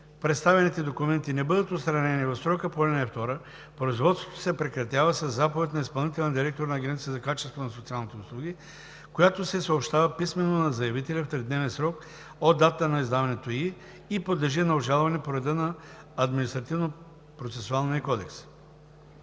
представените документи не бъдат отстранени в срока по ал. 2, производството се прекратява със заповед на изпълнителния директор на Агенцията за качеството на социалните услуги, която се съобщава писмено на заявителя в тридневен срок от датата на издаването й и подлежи на обжалване по реда на